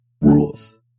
rules